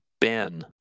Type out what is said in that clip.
Ben